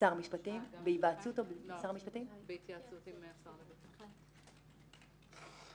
המשפטים בהתייעצות עם השר לביטחון הפנים.